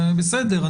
זה בסדר,